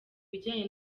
bijyanye